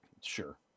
Sure